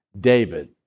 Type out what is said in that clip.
David